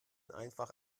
einfach